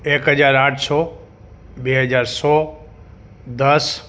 એક હજાર આઠસો બે હજાર સો દસ